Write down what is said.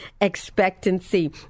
expectancy